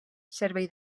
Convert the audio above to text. servei